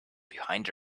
behind